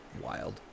wild